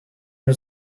you